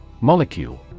Molecule